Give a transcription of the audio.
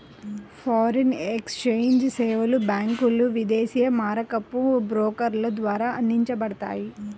foreign exchange సేవలు బ్యాంకులు, విదేశీ మారకపు బ్రోకర్ల ద్వారా అందించబడతాయి